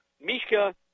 Mishka